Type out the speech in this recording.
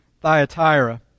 Thyatira